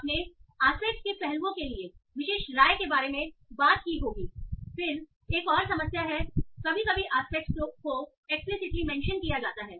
आपने आस्पेक्टस के पहलुओं के लिए विशिष्ट राय के बारे में बात की होगी फिर एक और समस्या है कभी कभी आस्पेक्टस को एक्सप्लीसिटली मेंशन किया जाता है